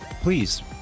please